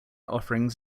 offerings